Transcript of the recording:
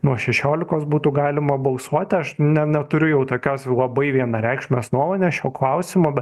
nuo šešiolikos būtų galima balsuoti aš ne neturiu jau tokios labai vienareikšmės nuomonės šiuo klausimu be